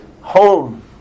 home